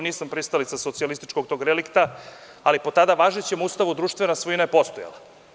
Nisam pristalica socijalističkog relikta, ali po tada važećem Ustavu društvena svojina je postojala.